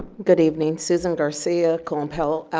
good evening susan garcia, colin powell